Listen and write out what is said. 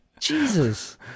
Jesus